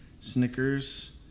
Snickers